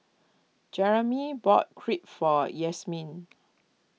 Jeramy bought Crepe for Yasmine